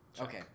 Okay